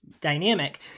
dynamic